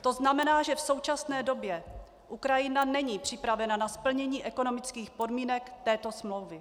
To znamená, že v současné době Ukrajina není připravena na splnění ekonomických podmínek této smlouvy.